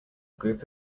group